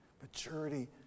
Maturity